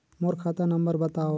मोर खाता नम्बर बताव?